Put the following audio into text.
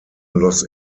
los